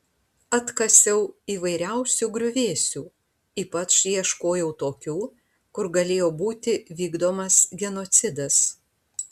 atkasiau įvairiausių griuvėsių ypač ieškojau tokių kur galėjo būti vykdomas genocidas